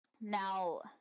Now